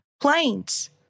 planes